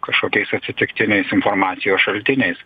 kažkokiais atsitiktiniais informacijos šaltiniais